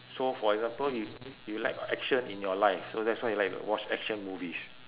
so for example if you lack action in your life so that's why you like to watch action movies